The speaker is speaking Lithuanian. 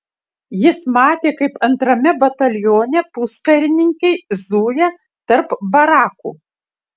jis matė kaip antrame batalione puskarininkiai zuja tarp barakų